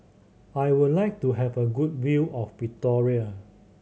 I would like to have a good view of Victoria